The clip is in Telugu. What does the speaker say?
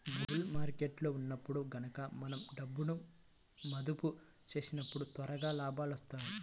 బుల్ మార్కెట్టులో ఉన్నప్పుడు గనక మనం డబ్బును మదుపు చేసినప్పుడు త్వరగా లాభాలొత్తాయి